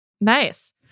nice